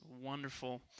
wonderful